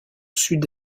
sud